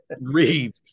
read